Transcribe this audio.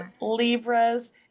Libras